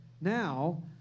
now